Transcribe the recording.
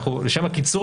לשם הקיצור,